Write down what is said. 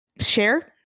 share